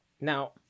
Now